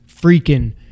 freaking